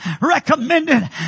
recommended